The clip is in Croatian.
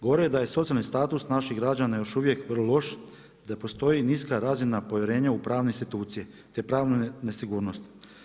Govore da je socijalni status naših građana još uvijek vrlo loš, da postoji niska razina povjerenja u pravne institucije te pravnu nesigurnost.